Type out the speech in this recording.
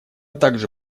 также